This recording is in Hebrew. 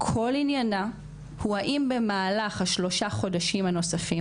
כל עניינה הוא האם במהלך השלושה חודשים הנוספים